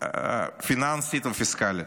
פיננסית ופיסקלית.